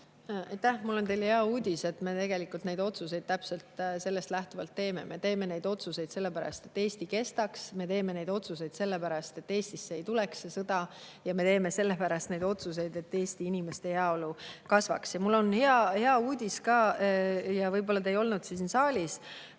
Mul on teile hea uudis. Me tegelikult teemegi otsuseid täpselt sellest lähtuvalt. Me teeme neid otsuseid sellepärast, et Eesti kestaks, me teeme neid otsuseid sellepärast, et Eestisse ei tuleks sõda, ja me teeme neid otsuseid sellepärast, et Eesti inimeste heaolu kasvaks. Ja mul on [teine] hea uudis ka. Võib-olla te ei olnud siin saalis,